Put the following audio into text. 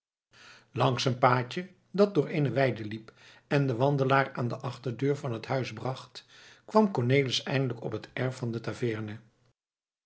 langs een paadje dat door eene weide liep en den wandelaar aan de achterdeur van het huis bracht kwam cornelis eindelijk op het erf van de